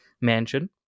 mansion